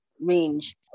range